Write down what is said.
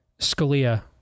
Scalia